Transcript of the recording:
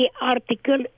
article